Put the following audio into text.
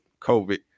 COVID